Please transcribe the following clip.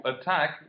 attack